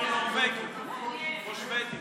או נורבגי או שבדי?